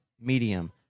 medium